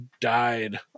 died